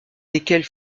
desquels